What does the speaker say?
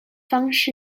方式